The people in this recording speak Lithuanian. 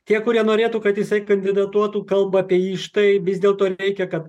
tie kurie norėtų kad jisai kandidatuotų kalba apie jį štai vis dėlto reikia kad